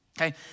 Okay